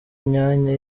myanya